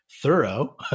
thorough